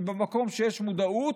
כי במקום שיש מודעות,